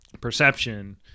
perception